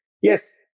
Yes